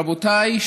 רבותיי,